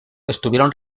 estuvieron